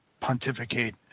pontificate